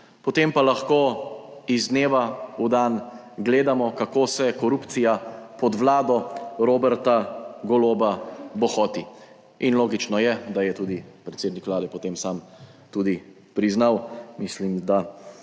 Potem pa lahko iz dneva v dan gledamo, kako se korupcija pod Vlado Roberta Goloba bohoti. In logično je, da je tudi predsednik vlade potem sam tudi priznal, mislim da